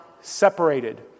separated